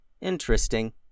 Interesting